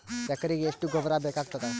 ಎಕರೆಗ ಎಷ್ಟು ಗೊಬ್ಬರ ಬೇಕಾಗತಾದ?